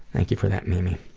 thank you for that, mimi.